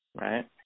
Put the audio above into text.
Right